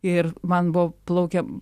ir man buvo plaukia